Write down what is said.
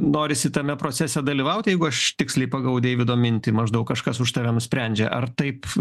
norisi tame procese dalyvaut jeigu aš tiksliai pagavau deivido mintį maždaug kažkas už tave nusprendžia ar taip